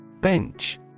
Bench